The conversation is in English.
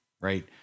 right